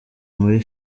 muri